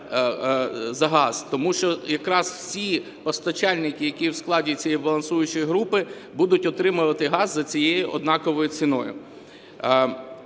тому що якраз всі постачальники, які у складі цієї балансуючої групи, будуть отримувати газ за цією однаковою ціною,